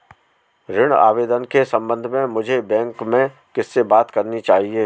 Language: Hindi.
ऋण आवेदन के संबंध में मुझे बैंक में किससे बात करनी चाहिए?